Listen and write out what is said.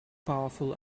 powerful